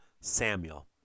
Samuel